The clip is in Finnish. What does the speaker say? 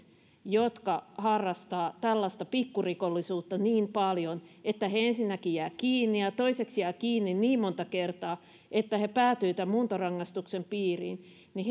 jotka harrastavat tällaista pikkurikollisuutta niin paljon että he ensinnäkin jäävät kiinni ja toiseksi jäävät kiinni niin monta kertaa että he päätyvät muuntorangaistuksen piiriin